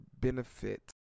benefit